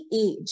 age